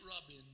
Robin